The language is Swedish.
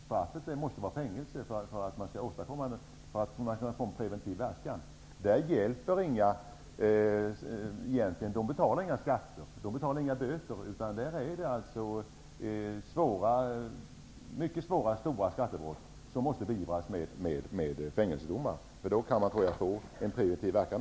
Straffet måste vara fängelse för att man skall få en preventiv verkan. De personer som begår dessa brott betalar inga skatter eller böter. Därför måste svåra skattebrott beivras genom fängelsedomar. Då tror jag att man kan få en preventiv verkan.